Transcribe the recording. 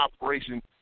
operation